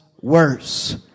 worse